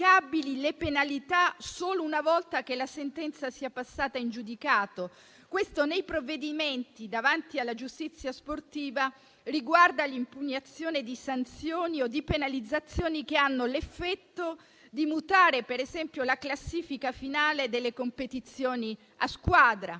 le penalità solo una volta che la sentenza sia passata in giudicato. Questo riguarda, nei provvedimenti davanti alla giustizia sportiva, l'impugnazione di sanzioni o di penalizzazioni che hanno l'effetto di mutare, per esempio, la classifica finale delle competizioni a squadra.